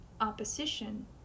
opposition